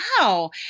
wow